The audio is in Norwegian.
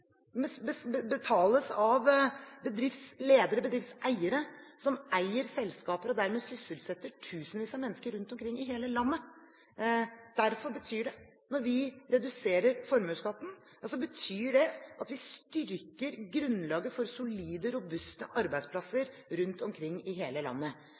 av bedriftsledere, av bedriftseiere som eier selskaper og dermed sysselsetter tusenvis av mennesker rundt omkring i hele landet. Når vi reduserer formuesskatten, betyr det at vi styrker grunnlaget for solide, robuste arbeidsplasser rundt omkring i hele landet.